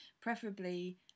preferably